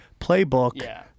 playbook